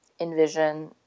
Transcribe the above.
envision